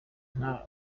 nta